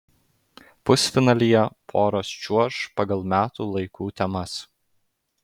pusfinalyje poros čiuoš pagal metų laikų temas